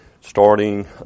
starting